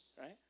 right